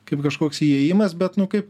kaip kažkoks įėjimas bet nu kaip